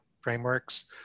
frameworks